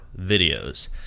videos